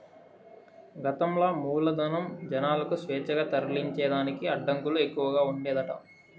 గతంల మూలధనం, జనాలకు స్వేచ్ఛగా తరలించేదానికి అడ్డంకులు ఎక్కవగా ఉండేదట